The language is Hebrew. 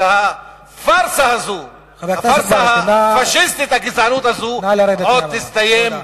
והפארסה הפאשיסטית והגזענית הזאת עוד תסתיים,